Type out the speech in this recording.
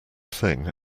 thing